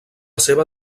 seva